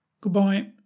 Goodbye